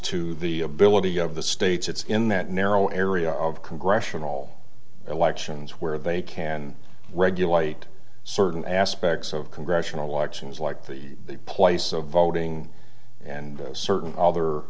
to the ability of the states it's in that narrow area of congressional elections where they can regulate certain aspects of congressional actions like the place of voting and certain other